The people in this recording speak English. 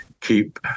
keep